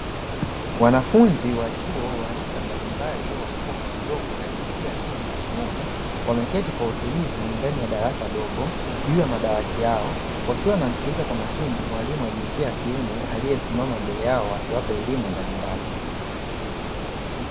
Wanafunzi wa chuo wa rika mbalimbali wakubwa kwa wadogo na jinsia ya kike na kiume wameketi kwa utulivu ndani ya darasa dogo juu ya madawati yao, wakiwa wanamsikiliza kwa makini mwalimu wa jinsia ya kiume aliyesimama mbele yao akiwapa elimu mbalimbali.